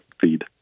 feed